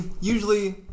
usually